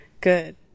good